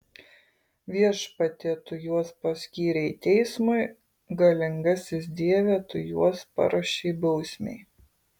viešpatie tu juos paskyrei teismui galingasis dieve tu juos paruošei bausmei